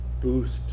boost